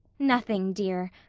nothing, dear.